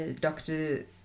doctor